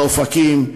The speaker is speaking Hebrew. באופקים,